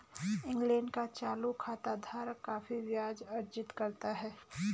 England का चालू खाता धारक काफी ब्याज अर्जित करता है